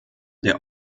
der